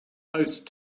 post